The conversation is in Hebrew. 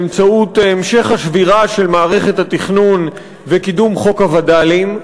באמצעות המשך השבירה של מערכת התכנון וקידום חוק הווד"לים,